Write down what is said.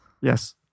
Yes